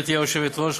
גברתי היושבת-ראש,